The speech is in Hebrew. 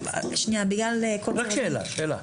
רק שאלה, שאלה.